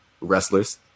wrestlers